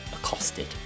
accosted